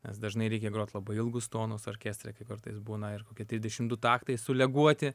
nes dažnai reikia grot labai ilgus tonus orkestre kai kartais būna ir kokie trisdešim du taktai suleguoti